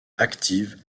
active